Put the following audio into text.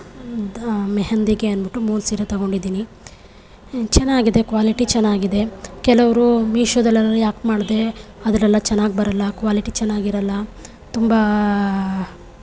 ದಾ ಮೆಹೆಂದಿಗೆ ಅಂದ್ಬಿಟ್ಟು ಮೂರು ಸೀರೆ ತಗೊಂಡಿದ್ದೀನಿ ಚೆನ್ನಾಗಿದೆ ಕ್ವಾಲಿಟಿ ಚೆನ್ನಾಗಿದೆ ಕೆಲವರು ಮೀಶೋದಲ್ಲೆಲ್ಲ ಯಾಕೆ ಮಾಡಿದೆ ಅದರಲ್ಲೆಲ್ಲ ಚೆನ್ನಾಗಿ ಬರೋಲ್ಲ ಕ್ವಾಲಿಟಿ ಚೆನ್ನಾಗಿರೋಲ್ಲ ತುಂಬ